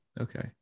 Okay